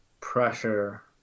pressure